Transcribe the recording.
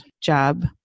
job